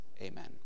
Amen